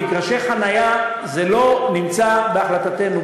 מגרשי חניה לא נמצאים בהחלטתנו,